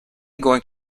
going